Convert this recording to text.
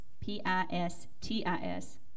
P-I-S-T-I-S